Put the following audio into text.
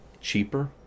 cheaper